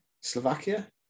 Slovakia